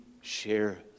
share